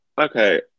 okay